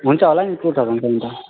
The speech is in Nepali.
हुन्छ होला नि टु थाउजेन्ड त अनि त